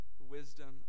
wisdom